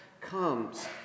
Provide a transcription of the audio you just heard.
comes